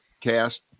cast